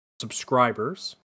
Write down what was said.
Subscribers